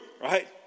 right